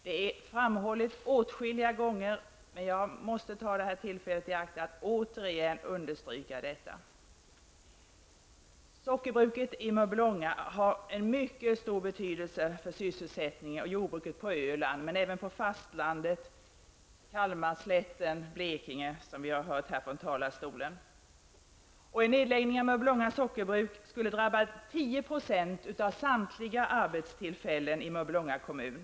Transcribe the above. Det har framhållits många gånger, men jag måste ta tillfället i akt att återigen understryka detta. Sockerbruket i Mörbylånga har mycket stor betydelse för sysselsättningen och jordbruket på Öland, men även på fastlandet, såsom på Kalmarslätten och i Blekinge, som vi har hört här ifrån talarstolen. En nedläggning av Mörbylånga sockerbruk skulle drabba 10 % av samtliga arbetstillfällen i Mörbylånga kommun.